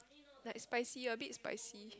like spicy a bit spicy